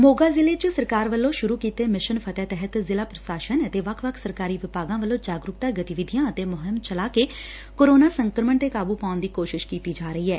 ਮੋਗਾ ਜ਼ਿਲੇ ਚ ਸਰਕਾਰ ਵੱਲੋ ਸ਼ੁਰੁ ਕੀਤੇ ਮਿਸ਼ਨ ਫਤਹਿ ਤਹਿਤ ਜ਼ਿਲਾ ਪ੍ਸ਼ਾਸਨ ਅਤੇ ਵੱਖ ਵੱਖ ਸਰਕਾਰੀ ਵਿਭਾਗਾ ਵੱਲੋ' ਜਾਗਰੁਕਤਾ ਗਤੀਵਿਧੀਆਂ ਅਤੇ ਮੁਹਿੰਮ ਚਲਾ ਕੇ ਕੋਰੈਨਾ ਸੰਕਰਮਣ ਤੇ ਕਾਬੁ ਪਾਉਣ ਦੀ ਕੋਸ਼ਿਸ਼ ਕੀਡੀ ਜਾ ਰਹੀ ਐ